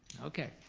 okay,